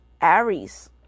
Aries